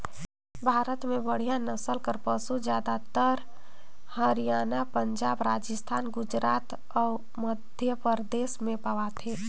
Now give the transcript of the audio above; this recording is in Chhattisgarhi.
भारत में बड़िहा नसल कर पसु जादातर हरयाना, पंजाब, राजिस्थान, गुजरात अउ मध्यपरदेस में पवाथे